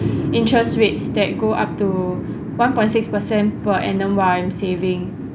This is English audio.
interest rates that go up to one point six percent per annum while I'm saving